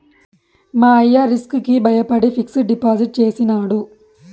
మా అయ్య రిస్క్ కి బయపడి ఫిక్సిడ్ డిపాజిట్ చేసినాడు